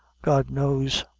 god knows.